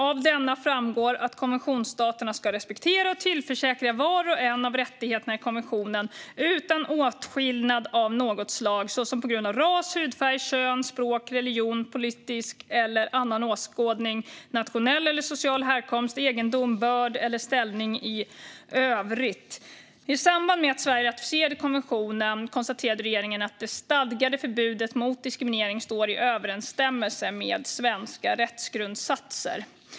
Av denna framgår att konventionsstaterna ska respektera och tillförsäkra var och en av rättigheterna i konventionen utan åtskillnad av något slag, såsom på grund av ras, hudfärg, kön, språk, religion, politisk eller annan åskådning, nationell eller social härkomst, egendom, börd eller ställning i övrigt. I samband med att Sverige ratificerade konventionen konstaterade regeringen att det stadgade förbudet mot diskriminering står i överensstämmelse med svenska rättsgrundsatser.